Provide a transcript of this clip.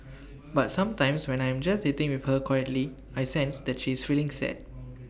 but sometimes when I am just sitting with her quietly I sense that she is feeling sad